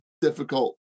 difficult